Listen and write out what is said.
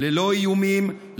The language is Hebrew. ללא איומים,